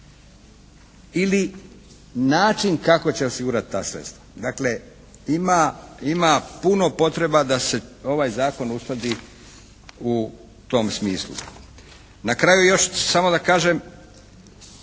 Ili način kako će osigurati ta sredstva. Dakle ima puno potreba da se ovaj zakon uskladi u tom smislu. Na kraju još samo da kažem